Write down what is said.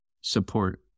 support